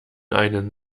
einen